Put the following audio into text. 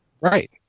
Right